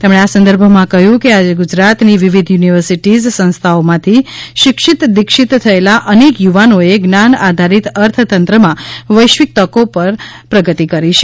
તેમણે આ સંદર્ભમાં કહ્યું કે આજે ગુજરાતની વિવિધ યુનિવર્સિટીઝ સંસ્થાઓમાંથી શિક્ષિત દીક્ષિત થયેલા અનેક યુવાનોએ જ્ઞાન આધારિત અર્થતંત્રમાં વૈશ્વિક તકો તરફ પ્રગતિ કરી છે